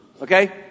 Okay